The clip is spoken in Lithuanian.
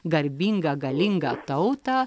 garbingą galingą tautą